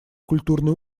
культурный